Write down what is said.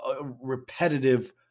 repetitive